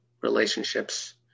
relationships